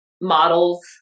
models